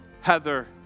Heather